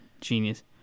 genius